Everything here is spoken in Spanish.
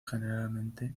generalmente